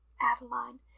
Adeline